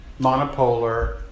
monopolar